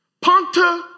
Ponta